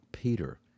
Peter